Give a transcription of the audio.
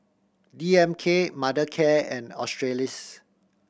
D M K Mothercare and Australis